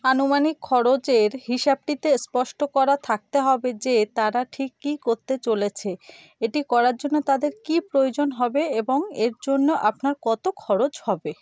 আনুমানিক খরচের হিসাবটিতে স্পষ্ট করা থাকতে হবে যে তারা ঠিক কি করতে চলেছে এটি করার জন্য তাদের কী প্রয়োজন হবে এবং এর জন্য আপনার কত খরচ হবে